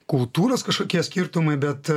kultūros kažkokie skirtumai bet